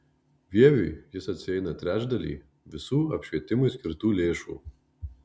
vieviui jis atsieina trečdalį visų apšvietimui skirtų lėšų